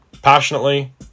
Passionately